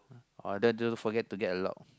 although don't forget to get a lock